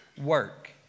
work